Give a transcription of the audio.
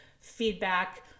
feedback